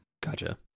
Gotcha